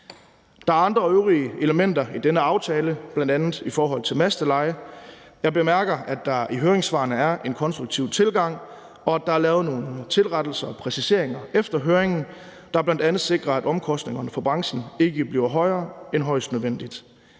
Der er andre elementer i denne aftale, bl.a. i forhold til masteleje. Jeg bemærker, at der i høringssvarene er en konstruktiv tilgang, og at der er lavet nogle tilrettelser og præciseringer efter høringen, der bl.a. sikrer, at omkostningerne for branchen ikke bliver højere end højst nødvendigt.